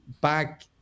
back